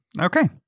Okay